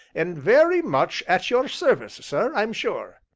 an' very much at your service, sir, i'm sure.